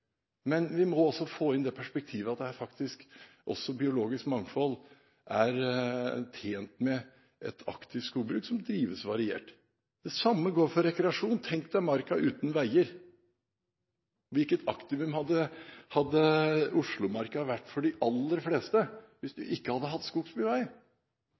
Vi må også få inn det perspektivet at biologisk mangfold faktisk er tjent med et aktivt skogbruk som drives variert. Det samme gjelder rekreasjon. Hvis man tenker seg marka uten veier – hvilket aktivum hadde Oslomarka vært for de aller fleste hvis